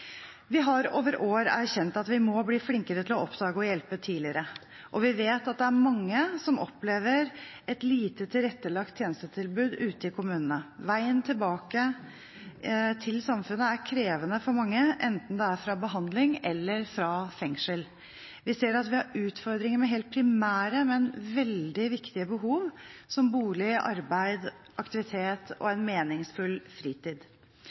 Vi har over år erkjent at vi må bli flinkere til å oppdage og hjelpe tidligere, og vi vet at det er mange som opplever et lite tilrettelagt tjenestetilbud ute i kommunene. Veien tilbake til samfunnet er krevende for mange, enten det er fra behandling eller fra fengsel. Vi ser at vi har utfordringer med helt primære, men veldig viktige behov som bolig, arbeid, aktivitet og en meningsfull fritid.